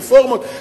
רפורמות,